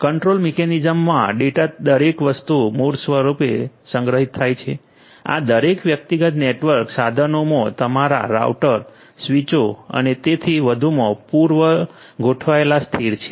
control mechanism માં data દરેક વસ્તુ મૂળ રૂપે સંગ્રહિત થાય છે આ દરેક વ્યક્તિગત નેટવર્ક સાધનોમાં તમારા રાઉટર સ્વીચો અને તેથી વધુમાં પૂર્વ ગોઠવેલા સ્થિર છે